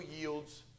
yields